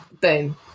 Boom